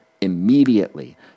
immediately